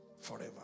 forever